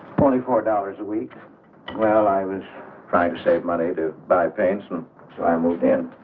twenty four dollars a week well i was trying to save money to buy pension so i moved and.